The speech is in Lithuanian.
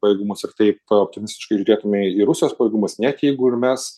pajėgumus ir taip optimistiškai žiūrėtume į rusijos pajėgumus net jeigu ir mes